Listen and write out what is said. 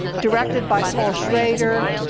directed by paul schrader,